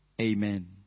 Amen